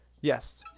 Yes